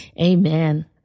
Amen